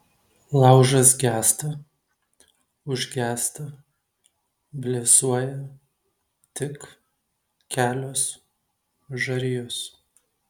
laužas gęsta užgęsta blėsuoja tik kelios žarijos